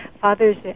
fathers